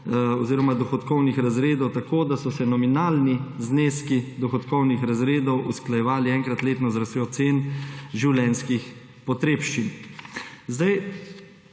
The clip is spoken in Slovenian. oziroma dohodkovnih razredov tako, da so se nominalni zneski dohodkovnih razredov usklajevali enkrat letno z rastjo cen življenjskih potrebščin.